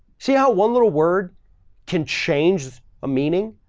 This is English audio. see how one little word can change a meaning?